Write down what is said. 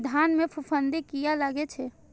धान में फूफुंदी किया लगे छे?